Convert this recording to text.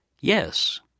yes